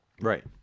Right